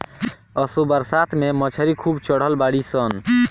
असो बरसात में मछरी खूब चढ़ल बाड़ी सन